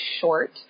short